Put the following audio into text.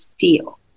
feel